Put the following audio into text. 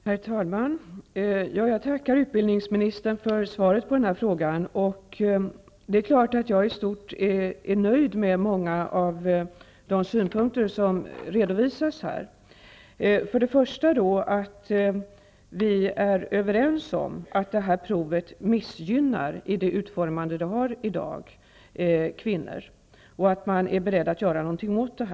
Herr talman! Jag tackar utbildningsministern för svaret på denna fråga. Jag är i stort sett nöjd med många av de synpunkter som redovisas i svaret. Bl.a. är vi överens om att detta prov, med nuvarande utformning, missgynnar kvinnor och att man är beredd att göra något åt det.